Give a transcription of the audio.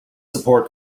support